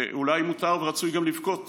ואולי מותר ורצוי גם לבכות